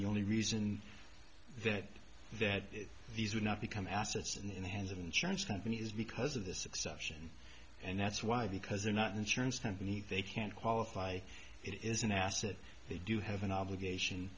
the only reason that that these would not become assets in the hands of insurance companies because of this exception and that's why because they're not an insurance company they can't qualify it is an asset they do have an obligation